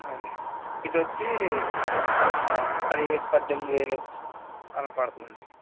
అది ఇది వచ్చి పదిహేడు పద్దెనిమిది వేలు అలా పడుతుందండీ